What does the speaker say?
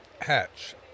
hatch